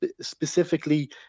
specifically